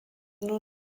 nur